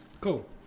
cool